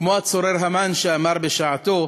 כמו הצורר המן, שאמר בשעתו: